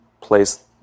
place